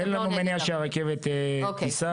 אין לנו מניעה שהרכבת תיסע.